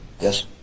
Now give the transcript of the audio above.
Yes